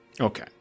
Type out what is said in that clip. okay